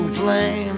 flame